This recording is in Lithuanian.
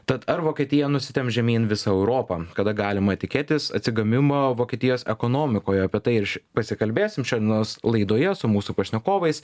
tad ar vokietija nusitemps žemyn visa europą kada galima tikėtis atsigavimo vokietijos ekonomikoje apie tai ir š pasikalbėsim šios dienos laidoje su mūsų pašnekovais